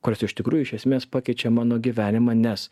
kurios iš tikrųjų iš esmės pakeičia mano gyvenimą nes